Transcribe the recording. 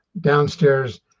downstairs